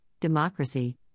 democracy